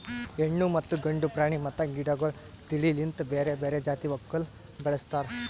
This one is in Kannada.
ಹೆಣ್ಣು ಮತ್ತ ಗಂಡು ಪ್ರಾಣಿ ಮತ್ತ ಗಿಡಗೊಳ್ ತಿಳಿ ಲಿಂತ್ ಬೇರೆ ಬೇರೆ ಜಾತಿ ಮಕ್ಕುಲ್ ಬೆಳುಸ್ತಾರ್